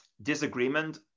Disagreement